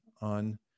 on